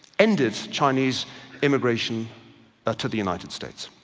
ended the chinese immigration ah to the united states.